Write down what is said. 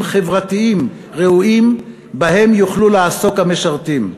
חברתיים ראויים שבהם יוכלו לעסוק המשרתים: